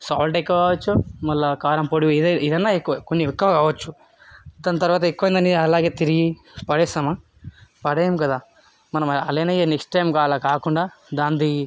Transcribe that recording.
salt ఎక్కువ కావచ్చు మళ్ళీ కారం పొడి ఏది ఏదన్న ఎక్కువ కొన్ని ఎక్కువ కావచ్చు కానీ తర్వాత ఎక్కువైందని అలాగే తిరిగి పడేస్తామా పాడేయం కదా మనం అలానే నెక్స్ట్ టైం అలా కాకుండా దానిది